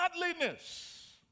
godliness